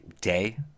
day